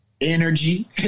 energy